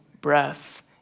breath